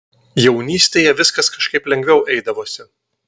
jaunystėje viskas kažkaip lengviau eidavosi